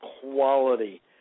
quality